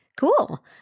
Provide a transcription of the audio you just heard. Cool